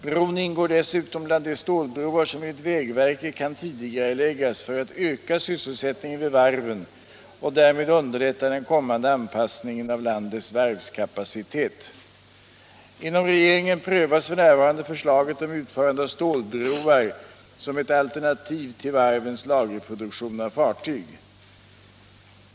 Bron ingår dessutom bland de stålbroar som enligt vägverket kan tidigareläggas för att öka sysselsättningen vid varven och därmed underlätta den kommande anpassningen av landets varvskapacitet. Inom regeringen prövas f. n. förslaget om utförande av stålbroar som ett alternativ till varvens lagerproduktion av fartyg.